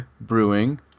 Brewing